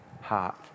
heart